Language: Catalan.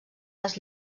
les